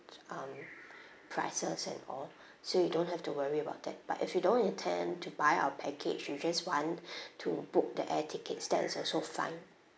um prices at all so you don't have to worry about that but if you don't intend to buy our package you just want to book the air tickets that is also fine